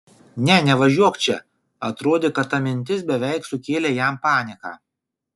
ne nevažiuok čia atrodė kad ta mintis beveik sukėlė jam paniką